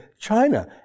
China